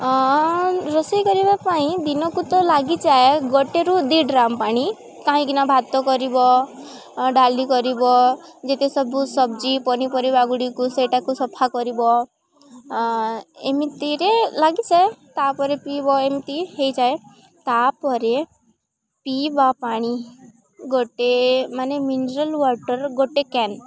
ରୋଷେଇ କରିବା ପାଇଁ ଦିନକୁ ତ ଲାଗିଯାଏ ଗୋଟେରୁ ଦୁଇ ଡ୍ରମ୍ ପାଣି କାହିଁକିନା ଭାତ କରିବ ଡ଼ାଲି କରିବ ଯେତେ ସବୁ ସବଜି ପନିପରିବାଗୁଡ଼ିକୁ ସେଇଟାକୁ ସଫା କରିବ ଏମିତିରେ ଲାଗିଯାଏ ତାପରେ ପିଇବ ଏମିତି ହୋଇଯାଏ ତାପରେ ପିଇବା ପାଣି ଗୋଟେ ମାନେ ମିନେରାଲ୍ ୱାଟର୍ ଗୋଟେ କ୍ୟାନ୍